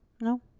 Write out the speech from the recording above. No